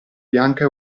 bianca